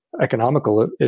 economical